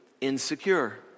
insecure